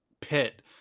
pit